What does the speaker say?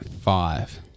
five